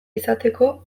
izateko